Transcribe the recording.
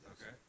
Okay